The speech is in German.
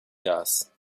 gas